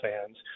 fans